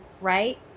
right